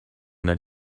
that